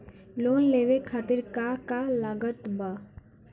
Loan लेवे खातिर का का लागत ब?